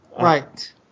Right